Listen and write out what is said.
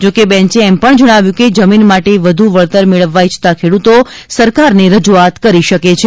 જો કે બેન્ચે એમ પણ જણાવ્યું છે કે જમીન માટે વધુ વળતર મેળવવા ઇચ્છતા ખેડૂતો સરકારને રજુઆત કરી શકે છે